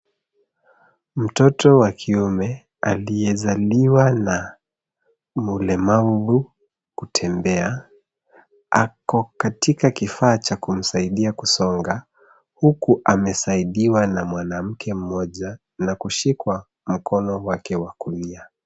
Mtoto wa kiume, aliyezaliwa na ulemavu kutembea, ako katika kifaa cha kumsaidia kusonga, huku amesaidiwa na mwanamke mmoja, na kushikwa mkono wake wa kulia.